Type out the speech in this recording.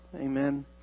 Amen